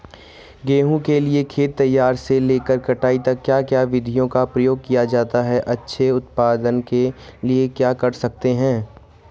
गेहूँ के लिए खेत तैयार से लेकर कटाई तक क्या क्या विधियों का प्रयोग किया जाता है अच्छे उत्पादन के लिए क्या कर सकते हैं?